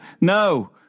no